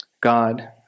God